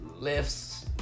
lifts